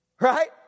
Right